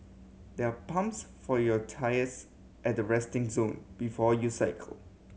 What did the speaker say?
there are pumps for your tyres at the resting zone before you cycle